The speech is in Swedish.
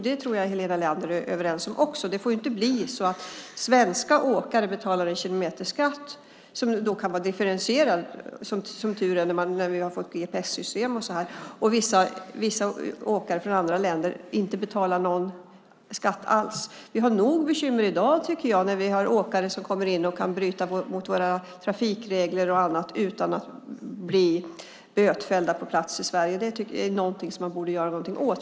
Det tror jag att jag och Helena Leander är överens om. Det får inte bli så att svenska åkare betalar en kilometerskatt, som kan vara differentierad nu när vi har fått gps-system, och åkare från andra länder inte betalar någon skatt alls. Vi har nog med bekymmer i dag, tycker jag, när vi har åkare som kan bryta mot våra trafikregler och annat utan att bli bötfällda på plats i Sverige. Det tycker jag är någonting som vi borde göra någonting åt.